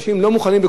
לאחר מכן,